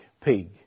pig